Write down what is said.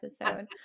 episode